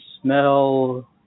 smell